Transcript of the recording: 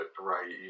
right